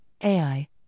AI